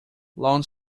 lone